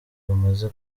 bamaze